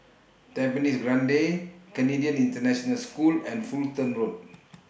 Tampines Grande Canadian International School and Fulton Road